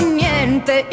niente